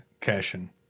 cashing